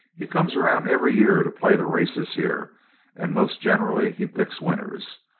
he comes around every year to play the races here and most generally he picks winners.